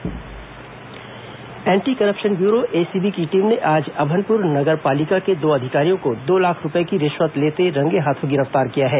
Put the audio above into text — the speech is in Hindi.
एसीबी छापा एन्टी करप्शन ब्यूरो एसीबी की टीम ने आज अभनपुर नगर पालिका के दो अधिकारियों को दो लाख रूपये की रिश्वत लेते हुए रंगे हाथों गिरफ्तार किया है